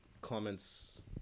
comments